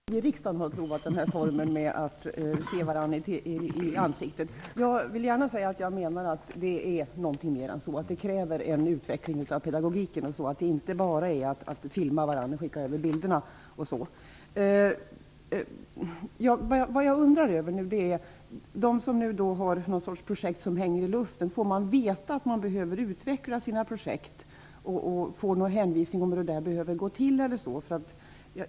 Herr talman! Även vi i riksdagen har provat den här formen av att se varandra i ansiktet. Jag vill gärna säga att jag menar att distansundervisning är någonting mer än så. Den kräver en utveckling av pedagogiken. Det är inte bara att filma varandra och skicka över bilderna. De som nu har någon sorts projekt som hänger i luften, får de veta att de behöver utveckla sina projekt? Får de någon anvisning om hur det bör gå till?